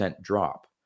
drop